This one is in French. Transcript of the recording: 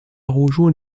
rejoint